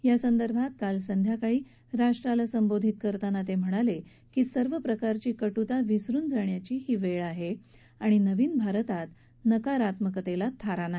या संदर्भात काल संध्याकाळी राष्ट्राला संबोधित करताना ते म्हणाले की सर्वप्रकारची कटुता विसरुन जाण्याची ही वेळ आहे आणि नवीन भारतात नकारात्मकतेला थारा नाही